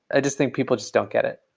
i just think people just don't get it.